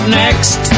next